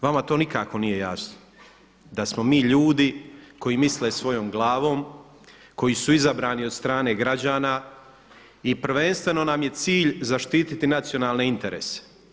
Vama to nikako nije jasno da smo mi ljudi koji misle svojom glavom, koji su izabrani od strane građana i prvenstveno nam je cilj zaštiti nacionalne interese.